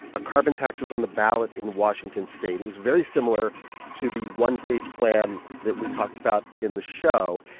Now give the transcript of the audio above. a carbon tax was on the ballot in washington state. it was very similar to the one-page plan that we talked about in the show.